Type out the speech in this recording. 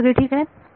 बाकी सगळे ठीक आहेत